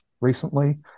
recently